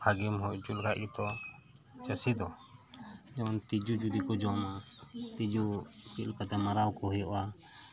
ᱵᱷᱟᱜᱮᱢ ᱦᱳᱭ ᱦᱚᱪᱚ ᱞᱮᱠᱷᱟᱱ ᱜᱮᱛᱚ ᱪᱟᱹᱥᱤ ᱫᱚ ᱡᱮᱢᱚᱱ ᱛᱮᱡᱳ ᱡᱚᱫᱤᱠᱚ ᱡᱚᱢᱟ ᱛᱮᱡᱳ ᱪᱮᱫ ᱞᱮᱠᱟᱛᱮ ᱢᱟᱨᱟᱣᱠᱚ ᱦᱳᱭᱳᱜᱼᱟ